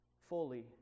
fully